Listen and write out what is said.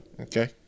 Okay